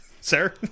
sir